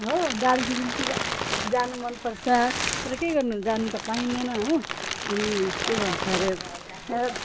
हो दार्जिलिङतिर जानु मनपर्छ तर के गर्नु जानु त पाइँदैन हो अनि के भन्छ अरे ए